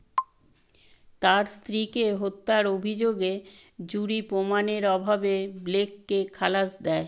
তার স্ত্রীকে হত্যার অভিযোগে জুরি প্রমাণের অভাবে ব্লেককে খালাস দেয়